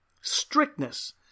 strictness